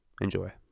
Enjoy